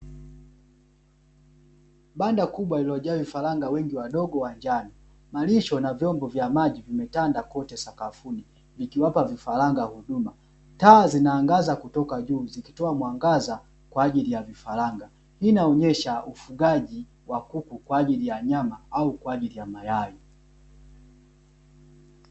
Banda kubwa lilojaa vifaranga wengi wadogo wa njano, malisho na vyombo vya maji vimetanda kote sakafuni vikiwapa vifaranga huduma. Taa zinaangaza kutoka juu zikitoa mwangaza kwa ajili ya vifaranga, hii inaonyesha ufugaji wa kuku kwa ajili ya nyama au kwa ajili ya mayai.